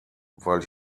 weil